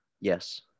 Yes